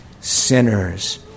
sinners